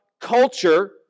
culture